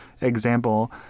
example